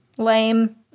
lame